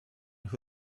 who